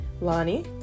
Lonnie